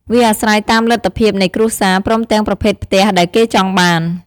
វាអាស្រ័យតាមលទ្ធភាពនៃគ្រួសារ ព្រមទាំងប្រភេទផ្ទះដែលគេចង់បាន។